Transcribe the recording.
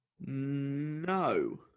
No